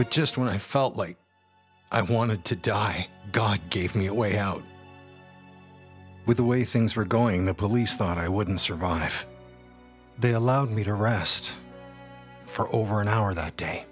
but just when i felt like i wanted to die god gave me a way out with the way things were going the police thought i wouldn't survive they allowed me to rest for over an hour that day